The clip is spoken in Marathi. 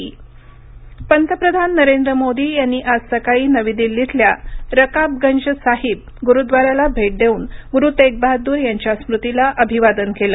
पंतप्रधान गुरूद्वारा भेट पंतप्रधान नरेंद्र मोदी यांनी आज सकाळी नवी दिल्लीतल्या रकाबगंजसाहिब गुरुद्वाराला भेट देऊन गुरु तेगबहादूर यांच्या स्मृतीला अभिवादन केलं